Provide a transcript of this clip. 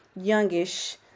youngish